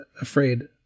afraid